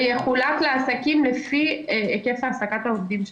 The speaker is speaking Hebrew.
מענק --- שיחולק לעסקים לפי היקף העסקת העובדים שלו.